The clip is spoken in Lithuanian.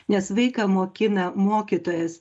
nes vaiką mokina mokytojas